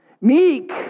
Meek